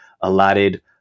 allotted